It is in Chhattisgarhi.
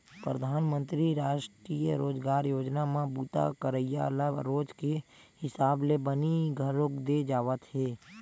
परधानमंतरी रास्टीय रोजगार योजना म बूता करइया ल रोज के हिसाब ले बनी घलोक दे जावथे